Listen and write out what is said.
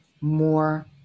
more